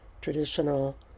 traditional